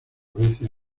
veces